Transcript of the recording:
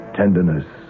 tenderness